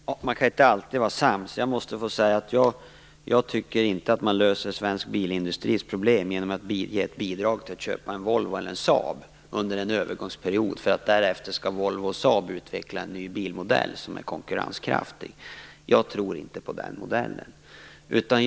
Fru talman! Man kan inte alltid vara sams. Jag måste få säga att jag inte tycker att man löser svensk bilindustris problem genom ge ett bidrag till att köpa en Volvo eller en Saab under en övergångsperiod för att Volvo och Saab därefter skall utveckla en ny bilmodell som är konkurrenskraftig. Jag tror inte på den modellen.